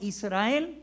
Israel